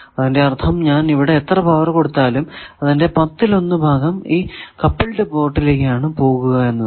അതിന്റെ അർഥം ഇവിടെ ഞാൻ എത്ര പവർ കൊടുത്താലും അതിന്റെ പത്തിൽ ഒന്ന് ഭാഗം ഈ കപ്പിൾഡ് പോർട്ട് ലേക്കാണ് പോകുക എന്നാണ്